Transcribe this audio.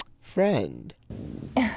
friend